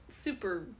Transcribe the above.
super